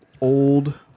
old